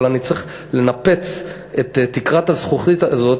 אבל אני צריך לנפץ את תקרת הזכוכית הזאת,